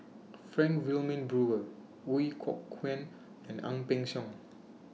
Frank Wilmin Brewer Ooi Kok Chuen and Ang Peng Siong